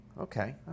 Okay